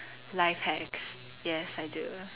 life hacks yes I do